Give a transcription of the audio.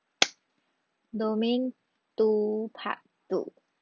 domain two part two